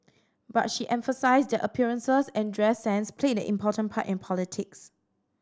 but she emphasised that appearances and dress sense played an important part in politics